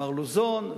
מר לוזון,